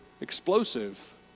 explosive